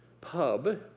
pub